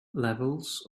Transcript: levels